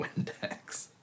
Windex